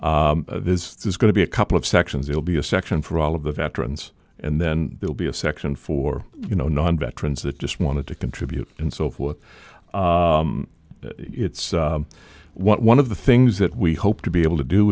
somebody is going to be a couple of sections it'll be a section for all of the veterans and then there'll be a section for you know non veterans that just wanted to contribute and so forth it's one of the things that we hope to be able to do